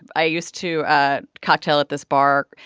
i used to ah cocktail at this bar.